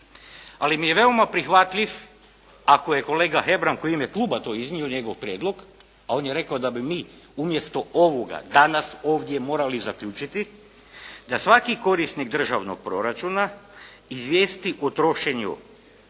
Ali mi je veoma prihvatljiv koji je u ime kluba to iznio, njegov prijedlog a on je rekao da bi mi umjesto ovoga danas ovdje morali zaključiti da svaki korisnik državnog proračuna izvijesti o trošenju